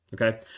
Okay